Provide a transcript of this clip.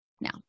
Now